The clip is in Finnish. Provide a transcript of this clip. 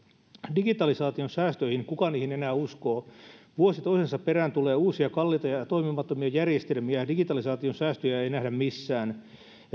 digitalisaation säästöt kuka niihin enää uskoo vuosi toisensa perään tulee uusia kalliita ja ja toimimattomia järjestelmiä digitalisaation säästöjä ei ei nähdä missään